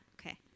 Okay